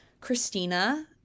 Christina